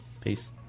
Peace